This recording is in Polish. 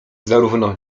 zarówno